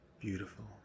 beautiful